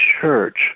church